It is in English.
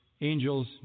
angels